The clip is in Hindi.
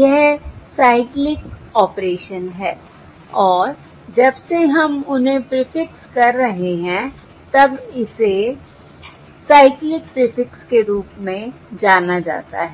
यह साइक्लिक ऑपरेशन है और जब से हम उन्हें प्रीफिक्स कर रहे हैं तब इसे साइक्लिक प्रीफिक्स के रूप में जाना जाता है